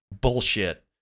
Bullshit